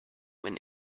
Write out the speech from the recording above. when